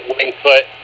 Wingfoot